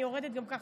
אני יורדת גם ככה.